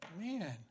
man